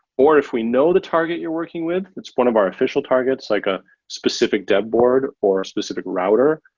or if we know the target you're working with it's one of our official targets like a specific dev board or a specific router,